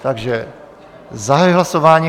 Takže zahajuji hlasování.